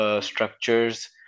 structures